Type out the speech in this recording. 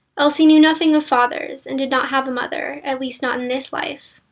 elsie knew nothing of fathers, and did not have a mother, at least not in this life.